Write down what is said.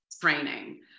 training